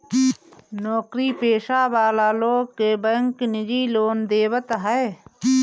नोकरी पेशा वाला लोग के बैंक निजी लोन देवत हअ